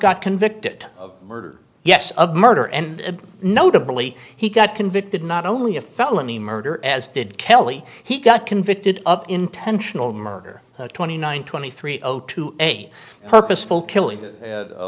got convicted of murder yes of murder and notably he got convicted not only a felony murder as did kelly he got convicted of intentional murder twenty nine twenty three zero to a purposeful killing